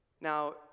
Now